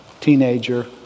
Teenager